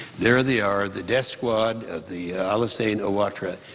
there they are, the death squad of the alassane quattara,